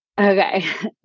Okay